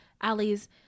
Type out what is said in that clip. alleys